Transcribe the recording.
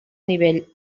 nivell